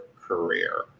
career